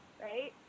Right